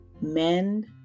Mend